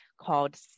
called